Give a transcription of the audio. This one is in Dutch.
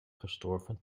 gestorven